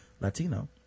latino